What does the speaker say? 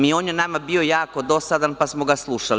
I on je nama bio jako dosadan, pa smo ga slušali.